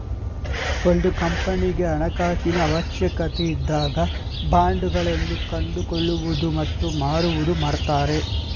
ಒಂದು ಕಂಪನಿಗೆ ಹಣಕಾಸಿನ ಅವಶ್ಯಕತೆ ಇದ್ದಾಗ ಬಾಂಡ್ ಗಳನ್ನು ಕೊಂಡುಕೊಳ್ಳುವುದು ಮತ್ತು ಮಾರುವುದು ಮಾಡುತ್ತಾರೆ